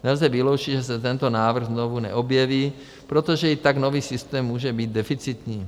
Nelze vyloučit, že se tento návrh znovu neobjeví , protože i tak nový systém může být deficitní.